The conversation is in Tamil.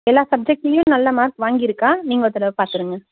எல்லா சப்ஜெக்ட்லியும் நல்ல மார்க் வாங்கியிருக்கா நீங்கள் ஒரு தடவை பார்த்துருங்க